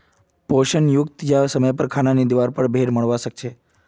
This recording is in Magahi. पोषण युक्त या समयर पर खाना नी दिवार पर भेड़ मोरवा सकछे